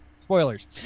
Spoilers